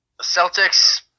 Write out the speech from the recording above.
Celtics